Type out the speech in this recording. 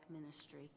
ministry